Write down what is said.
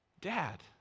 Dad